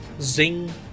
zing